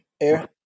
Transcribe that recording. air